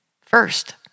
first